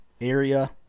area